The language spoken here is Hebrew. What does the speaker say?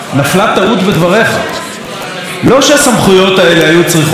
לא שהסמכויות האלה היו צריכות להיות מועברות לפני ארבע שנים,